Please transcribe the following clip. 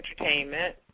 entertainment